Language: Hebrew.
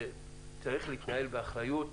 וצריך להתנהל באחריות.